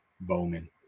bowman